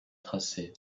tracé